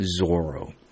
Zorro